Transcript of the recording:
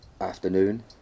afternoon